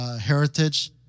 Heritage